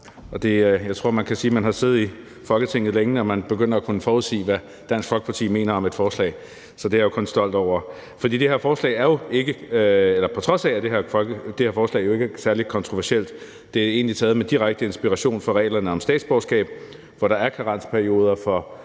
Jeg tror, man kan sige, at man har siddet i Folketinget længe, når man begynder at kunne forudsige, hvad Dansk Folkeparti mener om et forslag, så det er jeg kun stolt over – på trods af at det her forslag jo ikke er særlig kontroversielt; det er egentlig taget med direkte inspiration fra reglerne om statsborgerskab, hvor der er karensperioder for